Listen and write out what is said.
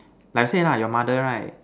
like say lah your mother right